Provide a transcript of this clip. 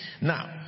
now